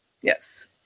Yes